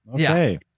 okay